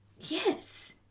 Yes